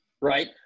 right